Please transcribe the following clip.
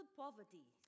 poverty